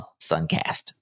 Suncast